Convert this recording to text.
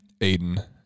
Aiden